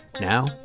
Now